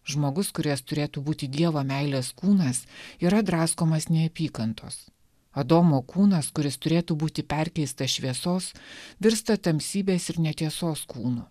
žmogus kuris turėtų būti dievo meilės kūnas yra draskomas neapykantos adomo kūnas kuris turėtų būti perkeistas šviesos virsta tamsybės ir netiesos kūnu